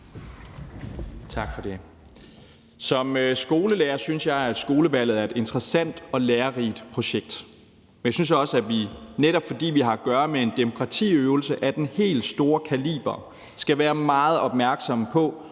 Som skolelærer synes jeg, at skolevalget er et interessant og lærerigt projekt, men jeg synes også, at vi, netop fordi vi har at gøre med en demokratiøvelse af den helt store kaliber, skal være meget opmærksomme på,